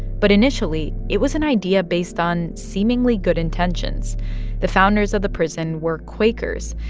but initially, it was an idea based on seemingly good intentions the founders of the prison were quakers.